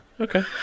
Okay